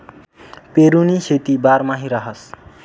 पेरुनी शेती बारमाही रहास